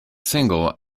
single